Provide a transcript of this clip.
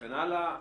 וכן הלאה,